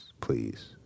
please